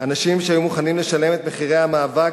אנשים שהיו מוכנים לשלם את מחירי המאבק